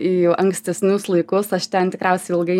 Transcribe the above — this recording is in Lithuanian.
į ankstesnius laikus aš ten tikriausiai ilgai